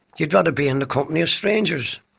you've got to be in the company of strangers.